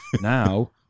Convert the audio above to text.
Now